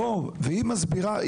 והיא מסבירה,